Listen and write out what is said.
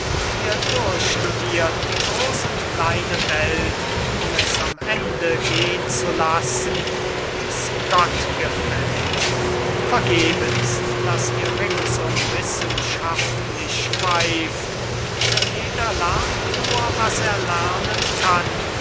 ihr durchstudirt die groß und kleine welt um es am ende gehn zu lassen wie's gott gefällt vergebens daß ihr ringsum wissenschaftlich schweift ein jeder lernt nur was er lernen kann